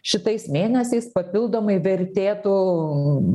šitais mėnesiais papildomai vertėtų